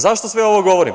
Zašto sve ovo govorim?